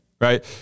right